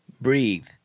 breathe